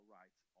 rights